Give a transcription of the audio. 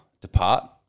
depart